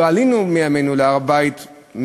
לא עלינו מימינו להר-הבית,